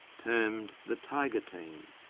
termed the tiger team,